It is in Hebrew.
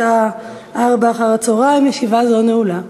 בשעה 16:00. ישיבה זו נעולה.